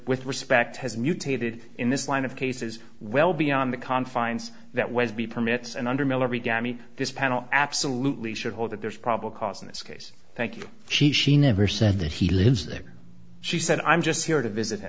with respect has mutated in this line of cases well beyond the confines that was b permits and under military gammy this panel absolutely should hold that there's probable cause in this case thank you she she never said that he lives there she said i'm just here to visit him